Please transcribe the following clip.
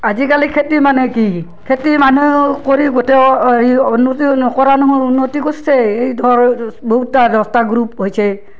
আজিকালি খেতি মানে কি খেতি মানুহ কৰি গোটেই হেৰি উন্নতি নকৰা নহয় উন্নতি কৰছে এই ধৰ বহুতটা দহটা গ্ৰুপ হৈছে